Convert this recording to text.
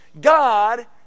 God